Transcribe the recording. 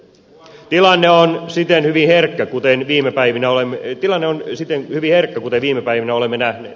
tilanne on siten hyvin herkkä kuten viime päivinä olemme nyt tilanne on siten hyviä rokote viime päivinä olemme nähneet